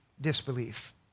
disbelief